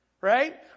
Right